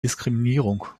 diskriminierung